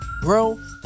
grow